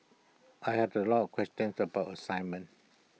I had A lot of questions about assignment